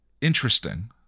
interesting